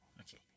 Okay